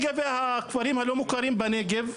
לגבי הכפרים הלא מוכרים בנגב,